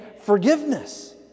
forgiveness